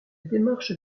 démarche